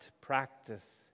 practice